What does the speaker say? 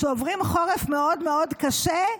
שעוברים חורף מאוד מאוד קשה,